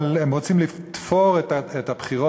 אבל הם רוצים לתפור את הבחירות,